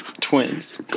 Twins